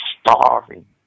starving